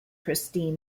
kristine